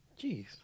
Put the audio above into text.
Jeez